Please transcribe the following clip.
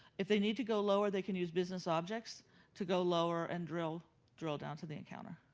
if they need to go lower, they can use business objects to go lower and drill drill down to the encounter.